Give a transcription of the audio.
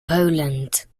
poland